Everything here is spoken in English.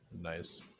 Nice